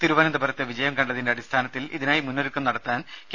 തിരുവനന്തപുരത്ത് വിജയം കണ്ടതിന്റെ അടിസ്ഥാനത്തിൽ ഇതിനായി മുന്നൊരുക്കം നടത്താൻ കെ